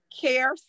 care